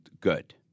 good